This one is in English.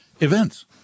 events